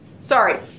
Sorry